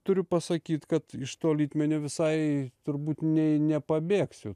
turiu pasakyt kad iš to litmenio visai turbūt nei nepabėgsiu